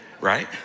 right